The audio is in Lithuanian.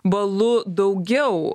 balu daugiau